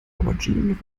auberginen